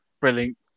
brilliant